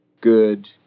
good